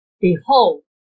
Behold